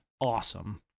awesome